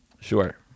Sure